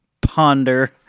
ponder